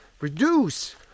reduce